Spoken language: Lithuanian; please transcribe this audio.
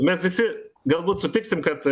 mes visi galbūt sutiksim kad